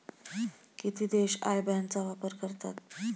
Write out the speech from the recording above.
किती देश IBAN चा वापर करतात?